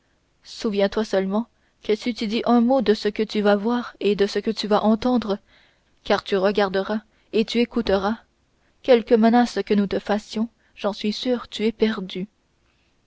souviens-toi seulement que si tu dis un mot de ce que tu vas voir et de ce que tu vas entendre car tu regarderas et tu écouteras quelque menace que nous te fassions j'en suis sûr tu es perdu